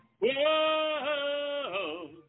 Whoa